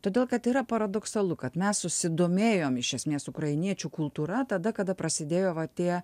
todėl kad yra paradoksalu kad mes susidomėjom iš esmės ukrainiečių kultūra tada kada prasidėjo va tie